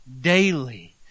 daily